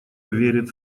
верит